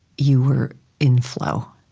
you were in flow,